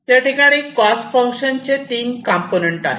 याठिकाणी cost function चे 3 component आहेत